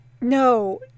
no